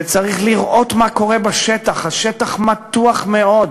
וצריך לראות מה קורה בשטח, השטח מתוח מאוד,